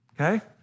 okay